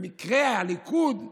במקרה, הליכוד,